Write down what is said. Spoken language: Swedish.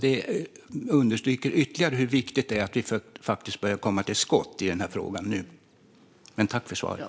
Det understryker ytterligare hur viktigt det är att vi faktiskt börjar komma till skott i den här frågan nu. Tack för svaret!